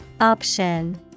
Option